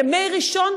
ימי ראשון,